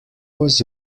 was